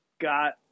got